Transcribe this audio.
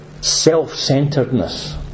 self-centeredness